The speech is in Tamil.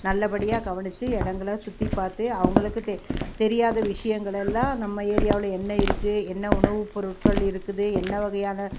நல்லபடியாக கவனித்து இடங்கள சுற்றி பார்த்து அவங்களுக்கு தெரி தெரியாத விஷயங்களெல்லாம் நம்ம ஏரியாவில் என்ன இருக்குது என்ன உணவுப்பொருட்கள் இருக்குது என்ன வகையான